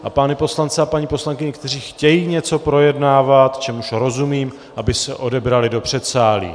A pány poslance a paní poslankyně, kteří chtějí něco projednávat, čemuž rozumím, aby se odebrali do předsálí.